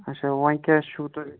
اچھا وۅنۍ کیٛاہ چھُو تۄہہِ